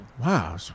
Wow